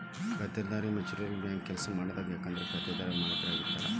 ಖಾತೆದಾರರರಿಗೆನೇ mutual bank ಕೆಲ್ಸ ಮಾಡ್ತದ ಯಾಕಂದ್ರ ಖಾತೆದಾರರೇ ಮಾಲೇಕರಾಗಿರ್ತಾರ